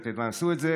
אתם תעשו את זה